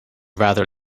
rather